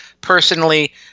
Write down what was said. personally